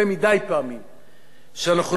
שאנחנו לא רואים את הנכדים ורואים את הפריימריס.